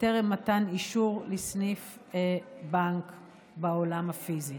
טרם מתן אישור לסניף בנק בעולם הפיזי.